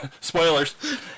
Spoilers